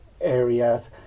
areas